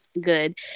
good